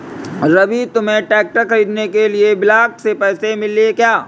रवि तुम्हें ट्रैक्टर खरीदने के लिए ब्लॉक से पैसे मिले क्या?